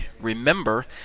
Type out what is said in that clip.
Remember